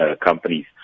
companies